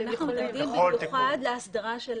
אנחנו מתנגדים במיוחד להסדרה של